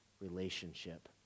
relationship